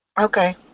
Okay